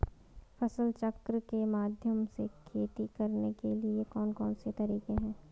फसल चक्र के माध्यम से खेती करने के लिए कौन कौन से तरीके हैं?